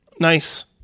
Nice